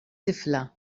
tifla